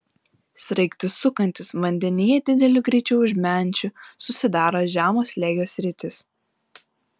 sraigtui sukantis vandenyje dideliu greičiu už menčių susidaro žemo slėgio sritys